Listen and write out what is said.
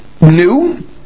new